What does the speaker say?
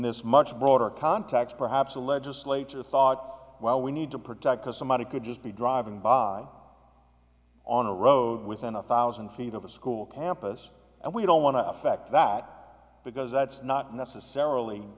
this much broader context perhaps the legislature thought well we need to protect because somebody could just be driving by on a road within a thousand feet of a school campus and we don't want to affect that because that's not necessarily